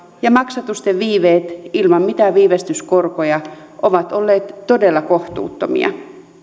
ja maksatusten viiveet ilman mitään viivästyskorkoja ovat olleet todella kohtuuttomia